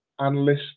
analysts